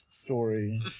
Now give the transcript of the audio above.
story